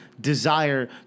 desire